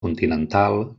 continental